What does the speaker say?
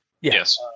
Yes